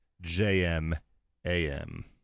J-M-A-M